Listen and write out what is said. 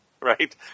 right